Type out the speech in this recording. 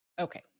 okay